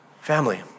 Family